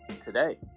today